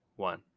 one